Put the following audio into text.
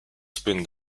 spin